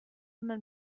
man